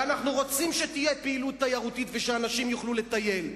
ואנחנו רוצים שתהיה פעילות תיירותית ואנשים יוכלו לטייל,